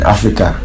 Africa